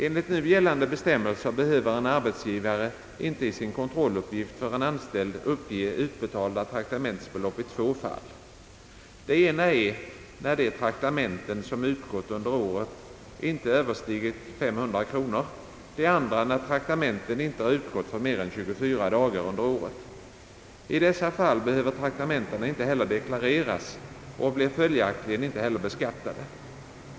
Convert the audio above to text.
Enligt nu gällande bestämmelser behöver en arbetsgivare inte i sin kontrolluppgift för en anställd uppge utbetalda traktamentsbelopp i två fall. Det ena är när de traktamenten som utgått under året inte överstiger 500 kronor, det andra när traktamenten icke har utgått för mer än 24 dagar under året. I dessa fall behöver traktamentena inte heller deklareras och blir följaktligen inte beskattade.